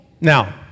Now